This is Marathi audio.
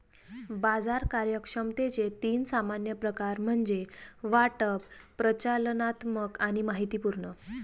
बाजार कार्यक्षमतेचे तीन सामान्य प्रकार म्हणजे वाटप, प्रचालनात्मक आणि माहितीपूर्ण